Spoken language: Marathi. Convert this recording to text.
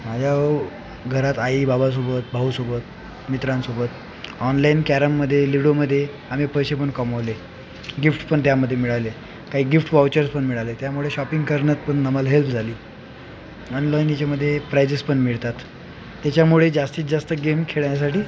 माझ्या घरात आई बाबासोबत भाऊसोबत मित्रांसोबत ऑनलाइन कॅरममध्ये लुडोमध्ये आम्ही पैसे पण कमवले गिफ्ट पण त्यामध्ये मिळाले काही गिफ्ट वाउचर्स पण मिळाले त्यामुळे शॉपिंग करण्यात पण आम्हाला हेल्प झाली ऑनलाइन ह्याच्यामध्ये प्राइजेस पण मिळतात त्याच्यामुळे जास्तीत जास्त गेम खेळण्यासाठी